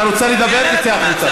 אתה רוצה לדבר, תצא החוצה.